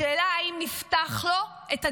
השאלה, האם נפתח לו את הדלת,